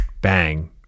bang